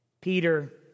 Peter